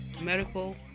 medical